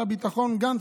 אמיץ: